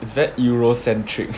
is that euro centric